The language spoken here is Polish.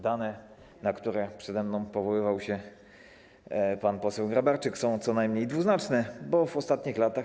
Dane, na które przede mną powoływał się pan poseł Grabarczyk, są co najmniej dwuznaczne, bo w ostatnich latach.